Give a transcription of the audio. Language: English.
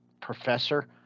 professor